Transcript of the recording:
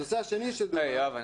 ‏ יואב,